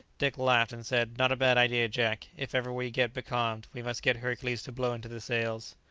dick laughed, and said, not a bad idea, jack if ever we get becalmed, we must get hercules to blow into the sails.